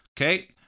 Okay